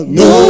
no